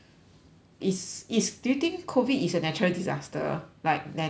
is is do you think COVID is a natural disaster like natural